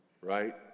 right